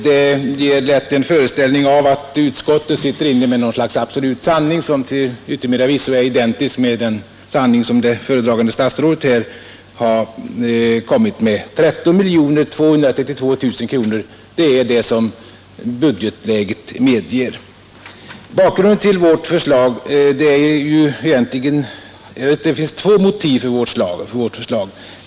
Det ger lätt en föreställning av att utskottet sitter inne med något slags absolut sanning, som till yttermera visso är identisk med den sanning som det föredragande statsrådet här kommit med. 13 232 000 kronor är det som budgetläget medger. Det finns egentligen två motiv för vårt förslag.